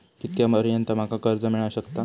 कितक्या पर्यंत माका कर्ज मिला शकता?